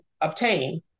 obtain